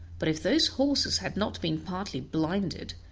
but if those horses had not been partly blinded,